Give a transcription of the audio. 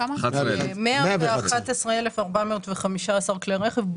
ירדו 111,415 רכבים,